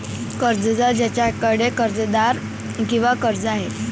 कर्जदार ज्याच्याकडे कर्जदार किंवा कर्ज आहे